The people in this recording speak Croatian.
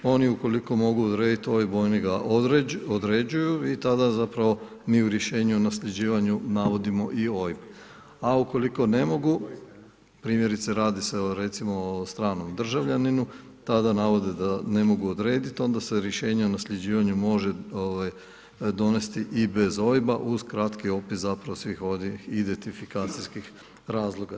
Oni ukoliko mogu odrediti OIB, oni ga određuju i tada zapravo mi u rješenju o nasljeđivanju navodimo i OIB a ukoliko ne mogu primjerice radi se recimo o stranom državljaninu tada navode da ne mogu odrediti onda se rješenje o nasljeđivanju može donijeti i bez OIB-a uz kratki opis zapravo svih onih identifikacijskih razloga.